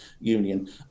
union